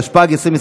פה אחד: 30 בעד,